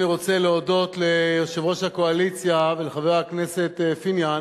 אני רוצה להודות ליושב-ראש הקואליציה ולחבר הכנסת פיניאן